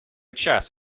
chess